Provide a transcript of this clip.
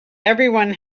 everyone